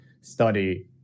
study